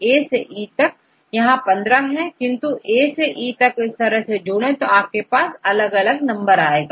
A से E तक यह15 है किंतु आप यदि A सेE को इस तरह जोड़ें तो आपके पास अलग नंबर आएगा